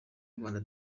rwanda